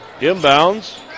Inbounds